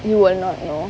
you will not know